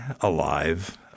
alive